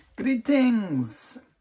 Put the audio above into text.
Greetings